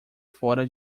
fora